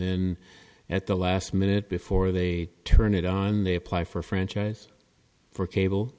in at the last minute before they turn it on they apply for a franchise for cable